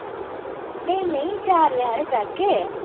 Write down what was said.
हां नेईं नेईं चार बजे हारे जाह्गे